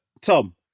Tom